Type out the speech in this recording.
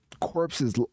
corpses